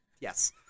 Yes